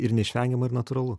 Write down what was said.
ir neišvengiama ir natūralu